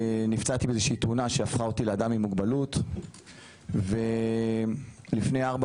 נפצעתי באיזה שהיא תאונה שהפכה אותי לאדם עם מוגבלות ולפני ארבע